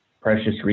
precious